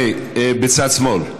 הי, בצד שמאל.